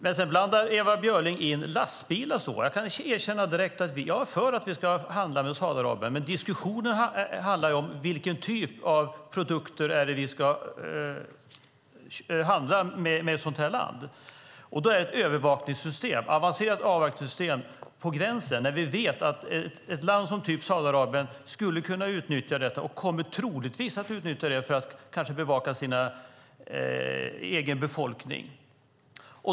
Men sedan blandar Ewa Björling in lastbilar. Jag kan direkt erkänna att jag är för att vi ska handla med Saudiarabien, men diskussionerna handlar om med vilken typ av produkter vi ska handla med ett sådant här land. Ett avancerat övervakningssystem är på gränsen. Vi vet att ett land som Saudiarabien skulle kunna utnyttja detta och troligen kommer att utnyttja det för att bevaka sin egen befolkning.